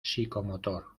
psicomotor